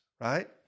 right